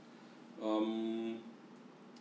um